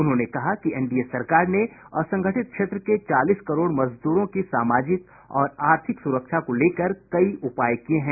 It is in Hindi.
उन्होंने कहा कि एनडीए सरकार ने असंगठित क्षेत्र के चालीस करोड़ मजदूरों की सामाजिक और आर्थिक सुरक्षा को लेकर कई उपाय किये हैं